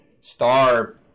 star